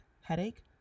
headache